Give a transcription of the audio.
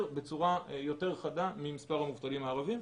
בצורה יותר חדה ממספר המובטלים הערבים,